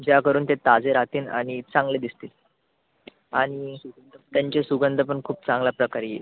ज्या करून ते ताजे राहतील आणि चांगले दिसतील आणि त्यांचे सुगंध पण खूप चांगल्या प्रकारे येईल